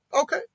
Okay